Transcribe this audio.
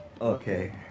Okay